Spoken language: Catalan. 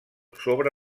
sobre